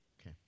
Okay